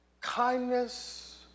kindness